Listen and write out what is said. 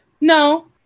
No